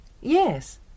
Yes